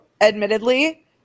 admittedly